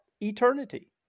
eternity